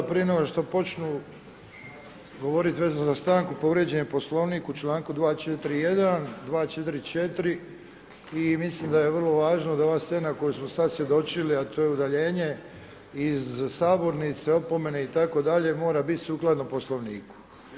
Prije nego što počnu govoriti vezano za stanku povrijeđen je Poslovnik u članku 241., 244. i mislim da je vrlo važno da ova scena kojoj smo sada svjedočili, a to je udaljenje iz sabornice, opomene itd. mora biti sukladno Poslovniku.